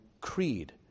creed